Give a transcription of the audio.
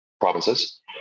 provinces